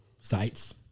sites